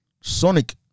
sonic